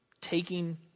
taking